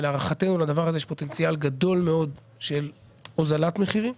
ולהערכתנו לדבר הזה יש פוטנציאל גדול מאוד של הוזלת מחירים.